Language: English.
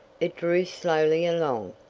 it drew slowly along.